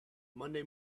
monday